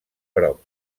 prop